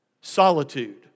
Solitude